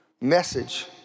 message